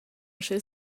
uschè